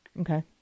okay